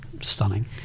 stunning